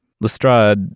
Lestrade